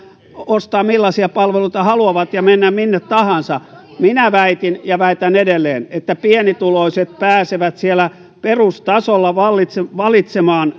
ostaa millaisia palveluita haluavat ja mennä minne tahansa minä väitin ja väitän edelleen että pienituloiset pääsevät perustasolla valitsemaan valitsemaan